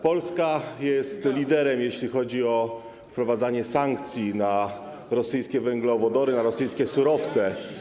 Polska jest liderem, jeśli chodzi o wprowadzanie sankcji na rosyjskie węglowodory, na rosyjskie surowce.